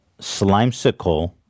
Slimesicle